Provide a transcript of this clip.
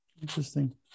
Interesting